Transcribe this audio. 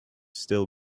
still